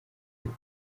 kuri